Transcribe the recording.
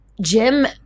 Jim